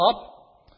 up